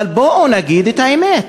אבל בואו נגיד את האמת: